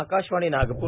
Akashvani Nagpur